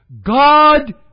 God